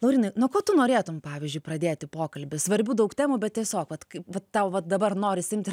laurynai nuo ko tu norėtum pavyzdžiui pradėti pokalbį svarbių daug temų bet tiesiog vat vat tau va dabar norisi imt ir